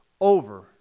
over